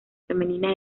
femeninas